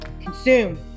Consume